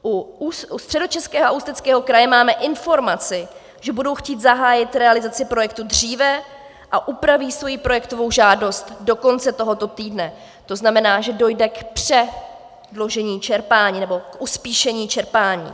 U Středočeského a Ústeckého kraje máme informaci, že budou chtít zahájit realizaci projektu dříve a upraví svoji projektovou žádost do konce tohoto týdne, to znamená, že dojde k předložení čerpání, nebo k uspíšení čerpání.